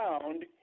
found